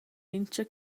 mincha